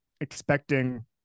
expecting